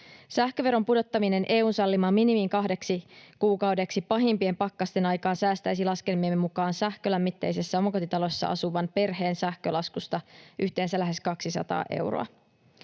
Sähköveron pudottaminen EU:n sallimaan minimiin kahdeksi kuukaudeksi pahimpien pakkasten aikaan säästäisi laskelmiemme mukaan sähkölämmitteisessä omakotitalossa asuvan perheen sähkölaskusta yhteensä lähes 200 euroa.